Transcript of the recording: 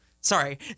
Sorry